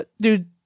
dude